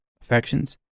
affections